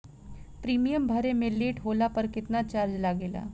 Premium भरे मे late होला पर केतना चार्ज लागेला?